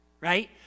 right